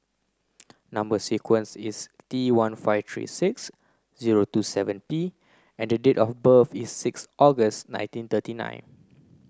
number sequence is T one five three six zero two seven P and the date of birth is six August nineteen thirty nine